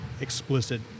explicit